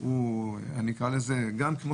הוא מוגבל.